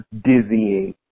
dizzying